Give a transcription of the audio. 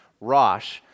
rosh